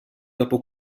dopo